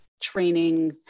training